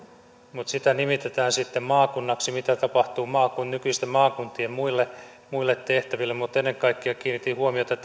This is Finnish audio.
mutta sitä nimitettäisiin sitten maakunnaksi mitä tapahtuu nykyisten maakuntien muille muille tehtäville mutta ennen kaikkea kiinnitin huomiota